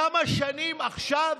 כמה שנים, עכשיו,